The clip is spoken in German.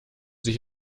sich